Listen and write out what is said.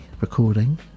recording